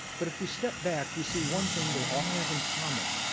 but if we step back, we see one thing they all have in common,